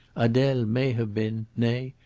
adele may have been, nay,